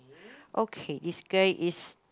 okay it's great it's